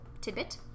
tidbit